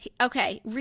okay